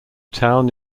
town